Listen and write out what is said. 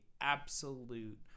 absolute